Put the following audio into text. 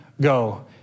go